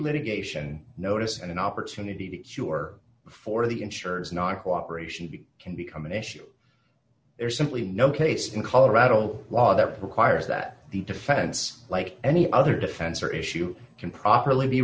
litigation notice and an opportunity to cure for the insurers non cooperation be can become an issue there's simply no case in colorado law that requires that the defense like any other defense or issue can properly be